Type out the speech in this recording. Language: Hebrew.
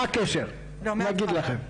מה שאנחנו ראינו פה בסרטון זה את הרב דוד אוחיון,